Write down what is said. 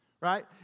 right